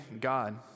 God